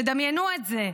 תדמיינו את זה.